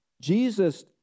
Jesus